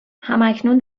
هماکنون